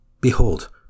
Behold